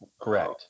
Correct